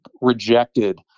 rejected